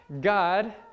God